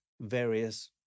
various